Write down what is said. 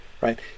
right